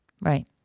Right